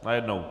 Najednou.